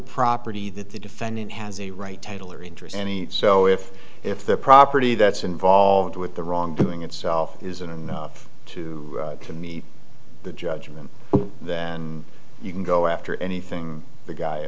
property that the defendant has a right title or interest any so if if the property that's involved with the wrongdoing itself isn't enough to to meet the judgment then you can go after anything the guy